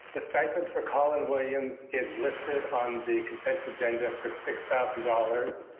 the stipend for colin williams is listed on the consent agenda for six thousand dollars.